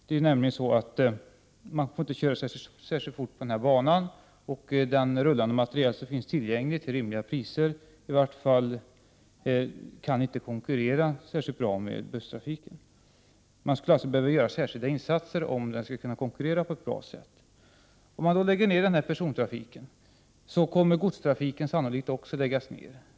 Man får nämligen inte köra särskilt fort på banan i fråga, och den rullande materiel som finns tillgänglig till rimliga priser kan inte konkurrera särskilt bra med busstrafiken. Det skulle alltså behöva göras särskilda insatser om busstrafiken skulle kunna konkurrera på ett bra sätt. Läggs persontrafiken ned, kommer sannolikt också godstrafiken att läggas ned.